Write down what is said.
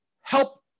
help